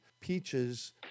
peaches